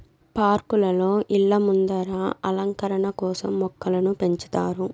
పార్కులలో, ఇళ్ళ ముందర అలంకరణ కోసం మొక్కలను పెంచుతారు